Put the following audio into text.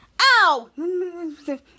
Ow